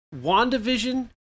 WandaVision